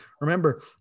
remember